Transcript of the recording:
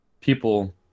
people